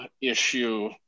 issue